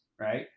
right